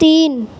تین